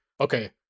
okay